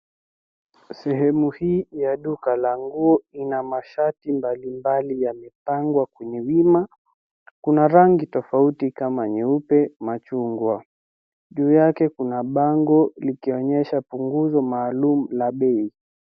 Sehemu hii ya duka la nguo ina mashati mbalimbali yamepangwa kwenye wima. Kuna rangi tofauti kama nyeupe, machungwa. Juu yake kuna bango likionyesha punguzo maalum la bei.